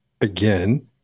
again